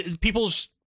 people's